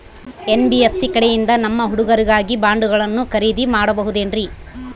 NBFC ಕಡೆಯಿಂದ ನಮ್ಮ ಹುಡುಗರಿಗಾಗಿ ಬಾಂಡುಗಳನ್ನ ಖರೇದಿ ಮಾಡಬಹುದೇನ್ರಿ?